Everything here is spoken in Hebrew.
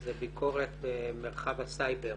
זה ביקורת מרחב הסייבר